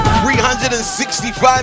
365